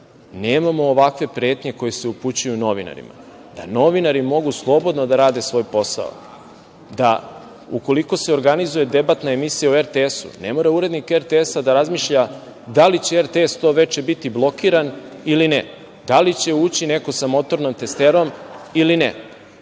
nemamo ovakve pretnje koje se upućuju novinarima, da novinari mogu slobodno da rade svoj posao, da ukoliko se organizuje debatna emisija na RTS-u, ne mora urednik RTS-a da razmišlja da li će RTS to veče biti blokiran ili ne, da li će ući neko sa motornom testerom ili ne,